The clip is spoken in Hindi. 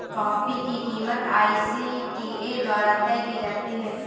कॉफी की कीमत आई.सी.टी.ए द्वारा तय की जाती है